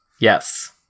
Yes